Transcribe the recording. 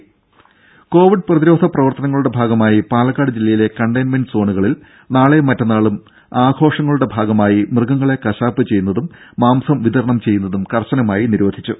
രുര കോവിഡ് പ്രതിരോധ പ്രവർത്തനങ്ങളുടെ ഭാഗമായി പാലക്കാട് ജില്ലയിലെ കണ്ടെയിൻമെന്റ് സോണുകളിൽ നാളെയും മറ്റന്നാളും ആഘോഷങ്ങളുടെ ഭാഗമായി മൃഗങ്ങളെ കശാപ്പ് ചെയ്യുന്നതും മാംസം വിതരണം ചെയ്യുന്നതും കർശനമായി നിരോധിച്ചു